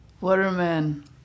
Waterman